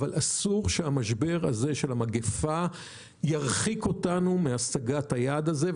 אבל אסור שהמשבר הזה של המגפה ירחיק אותנו מהשגת היעד הזה.